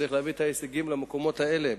וצריך להביא את ההישגים למקומות האלה.